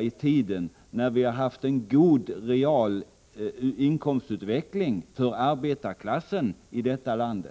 i tiden när vi har haft en god realinkomstutveckling för arbetarklassen i detta land.